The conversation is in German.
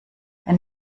wenn